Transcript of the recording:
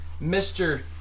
Mr